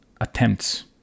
attempts